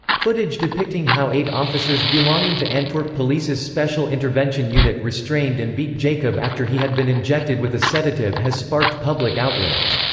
footage depicting how eight officers belonging to antwerp police's special intervention unit restrained and beat jacob after he had been injected with a sedative has sparked public outrage.